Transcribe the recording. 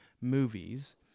movies